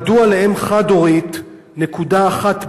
2. מדוע לאם חד-הורית יש נקודה אחת בלבד,